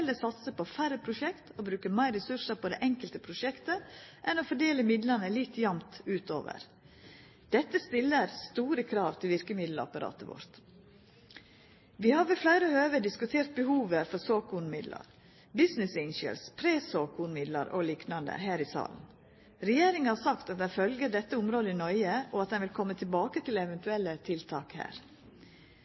på færre prosjekt og bruka meir ressursar på det enkelte prosjektet enn å fordela midlane litt jamt utover. Dette stiller store krav til verkemiddelapparatet vårt. Vi har ved fleire høve diskutert behovet for såkornmidlar, Business Angels, pre-såkornmidlar o.l. her i salen. Regjeringa har sagt at ein følgjer dette området nøye, og at ein vil koma tilbake til eventuelle tiltak her.